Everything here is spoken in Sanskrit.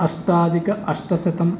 अष्टाधिक अष्टशतम्